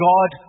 God